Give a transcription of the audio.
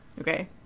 Okay